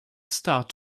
start